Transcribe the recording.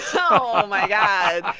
oh, my god.